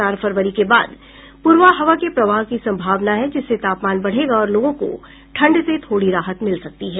चार फरवरी के बाद पुरबा हवा के प्रवाह की संभावना है जिससे तापमान बढ़ेगा और लोगों को ठंड से थोड़ी राहत मिल सकती है